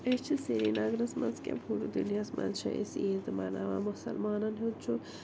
أسۍ چھِ سریٖنگرَس منٛز کیٛاہ پوٗرٕ دُنیاہَس منٛز چھِ أسۍ عید مناوان مُسَلمانَن ہُنٛد چھُ